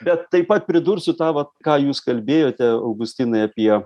bet taip pat pridursiu tą vat ką jūs kalbėjote augustinai apie